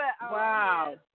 Wow